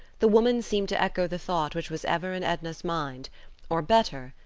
the woman seemed to echo the thought which was ever in edna's mind or, better,